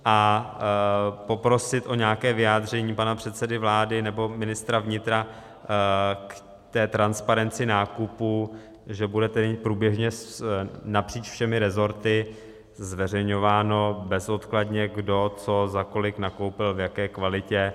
A poprosit o nějaké vyjádření pana předsedu vlády nebo ministra vnitra k té transparenci nákupu, že bude průběžně napříč všemi rezorty zveřejňováno bezodkladně, kdo, co, za kolik nakoupil, v jaké kvalitě.